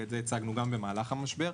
ואת זה הצגנו גם במהלך המשבר,